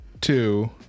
two